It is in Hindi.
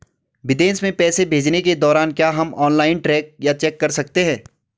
विदेश में पैसे भेजने के दौरान क्या हम ऑनलाइन ट्रैक या चेक कर सकते हैं?